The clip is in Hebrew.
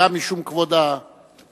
גם משום כבוד הקיבוצים